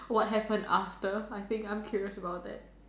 what happened after I think I'm curious about that